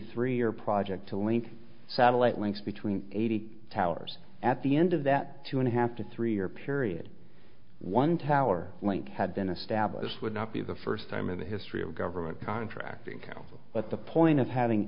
three year project to link satellite links between eighty towers at the end of that two and a half to three year period one tower link had been established would not be the first time in the history of government contracting council but the point of having